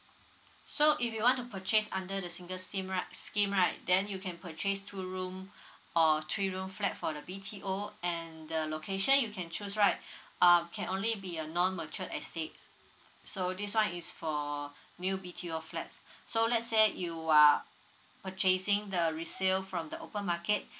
so if you want to purchase under the single seem right scheme right then you can purchase two room or three room flat for the b t o and the location you can choose right err can only be a non mature estate so this one is for new b t o flats so let's say you are purchasing the resale from the open market